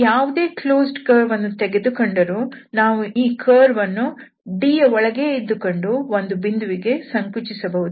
ಯಾವುದೇ ಕ್ಲೋಸ್ಡ್ ಕರ್ವ್ಅನ್ನು ತೆಗೆದುಕೊಂಡರೂ ನಾವು ಈ ಕರ್ವ್ಅನ್ನು D ಯ ಒಳಗೆ ಇದ್ದುಕೊಂಡು ಒಂದು ಬಿಂದುವಿಗೆ ಸಂಕುಚಿಸಬಹುದು